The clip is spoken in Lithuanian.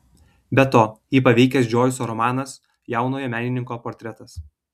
be to jį paveikęs džoiso romanas jaunojo menininko portretas